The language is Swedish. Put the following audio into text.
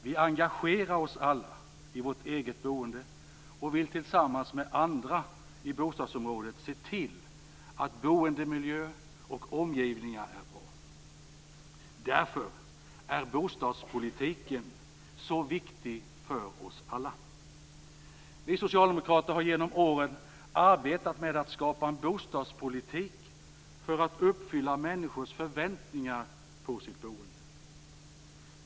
Vi engagerar oss alla i vårt eget boende och vill tillsammans med andra i bostadsområdet se till att boendemiljö och omgivningar är bra. Därför är bostadspolitiken så viktig för oss alla. Vi socialdemokrater har genom åren arbetat med att skapa en bostadspolitik för uppfylla människors förväntningar på sitt boende.